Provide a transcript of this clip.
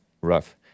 rough